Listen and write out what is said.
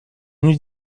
eût